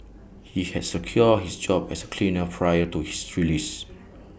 he had secured his job as A cleaner prior to his release